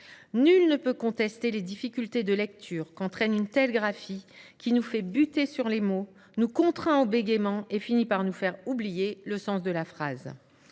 Nul ne peut contester les difficultés de lecture qu’entraîne une telle graphie, qui nous fait buter sur les mots, nous contraint au bégaiement et finit par nous faire oublier le sens de la phrase.